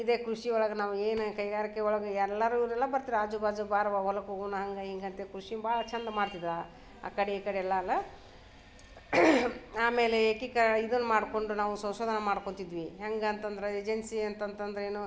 ಇದೇ ಕೃಷಿ ಒಳ್ಗೆ ನಾವು ಏನು ಕೈಗಾರಿಕೆ ಒಳ್ಗೆ ಎಲ್ಲರು ಇವರೆಲ್ಲ ಬರ್ತ್ರು ಆಜು ಬಾಜು ಬಾರವ್ವ ಹೊಲಕ್ಕೆ ಹೋಗೋಣ ಹಂಗೆ ಹಿಂಗೆ ಅಂತೆ ಕೃಷಿ ಭಾಳ ಚೆಂದ ಮಾಡ್ತಿದ್ರು ಆ ಕಡೆ ಈ ಕಡೆ ಎಲ್ಲ ಅಲ್ಲ ಆಮೇಲೆ ಏಕೀಕ ಇದನ್ನು ಮಾಡಿಕೊಂಡು ನಾವು ಸೋದನೆ ಮಾಡ್ಕೊಳ್ತಿದ್ವಿ ಹೆಂಗೆ ಅಂತ ಅಂದರೆ ಏಜೆನ್ಸಿ ಅಂತಂತ ಅಂದರೇನು